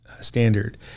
standard